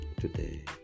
today